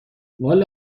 والا